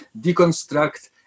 deconstruct